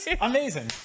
Amazing